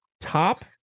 Top